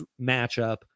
matchup